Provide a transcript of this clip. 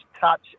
touch